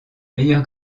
meilleur